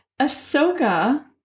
Ahsoka